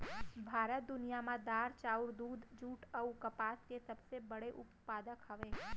भारत दुनिया मा दार, चाउर, दूध, जुट अऊ कपास के सबसे बड़े उत्पादक हवे